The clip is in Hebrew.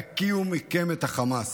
תקיאו מכם את החמאס,